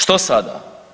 Što sada?